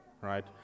right